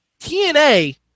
TNA